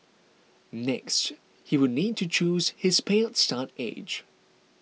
next he would need to choose his payout start age